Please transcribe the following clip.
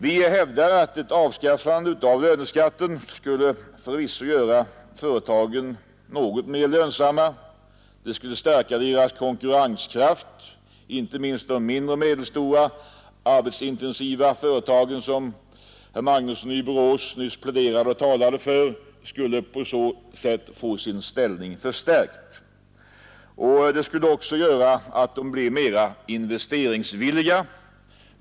Vi hävdar att ett avskaffande av löneskatten förvisso skulle göra företagen något mer lönsamma, det skulle stärka deras konkurrenskraft; inte minst skulle de mindre och medelstora, arbetsintensiva företag som herr Magnusson i Borås nyss pläderade för få sin ställning förstärkt. Det skulle också göra att de bleve mera investeringsvilliga.